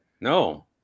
No